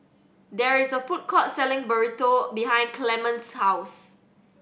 there is a food court selling Burrito behind Clement's house